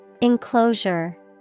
Enclosure